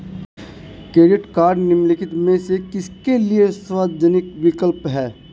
Credit cards निम्नलिखित में से किसके लिए सुविधाजनक विकल्प हैं?